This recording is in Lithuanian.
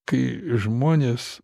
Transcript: kai žmonės